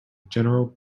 general